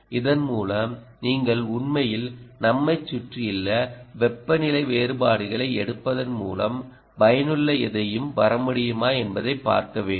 இதன் மூலம் நீங்கள் உண்மையில் நம்மைச் சுற்றியுள்ள வெப்பநிலை வேறுபாடுகளை எடுப்பதன் மூலம் பயனுள்ள எதையும் பெற முடியுமா என்பதைப் பார்க்க வேண்டும்